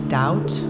doubt